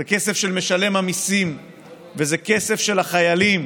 זה כסף של משלם המיסים וזה כסף של החיילים